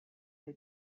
who